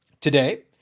Today